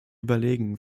überlegen